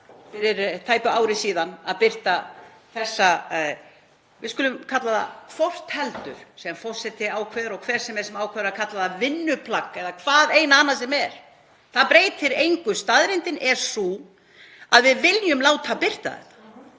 fyrir tæpu ári síðan að birta þessa — hvað sem við skulum kalla það, hvort heldur sem forseti ákveður og hver sem er, sem ákveður að kalla það vinnuplagg eða hvað eina annað sem er. Það breytir engu. Staðreyndin er sú að við viljum láta birta þetta.